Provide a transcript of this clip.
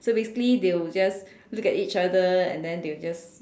so basically they will just look at each other and then they will just